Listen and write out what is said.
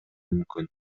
мүмкүн